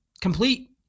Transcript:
complete